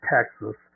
Texas